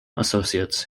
associates